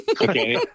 Okay